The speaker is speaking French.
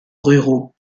ruraux